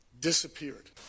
disappeared